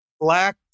black